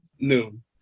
Noon